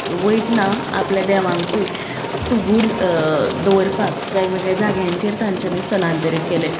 वयतना आपल्या देवांकूय सुगूर दवरपाक वेगवेगळ्या जाग्यांचेर तांच्यानी स्थलांतरीत केले